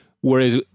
Whereas